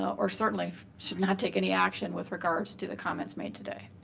or certainly should not take any action with regards to the comments made today.